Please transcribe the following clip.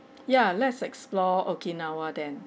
ya let's explore okinawa then